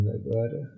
agora